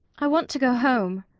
i want to go home.